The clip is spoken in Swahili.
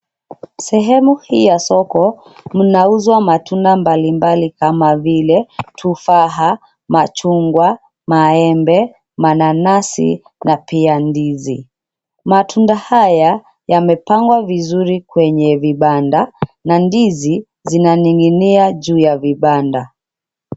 Sehemu hii ya soko mnauzua matunda mbalimbali kama vile tufaha, machungwa, maembe, mananasi na pia ndizi matunda haya yamepangwa vizuri kwenye vibanda na ndizi zinaninginia juu ya vibanda.